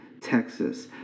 Texas